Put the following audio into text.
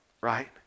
right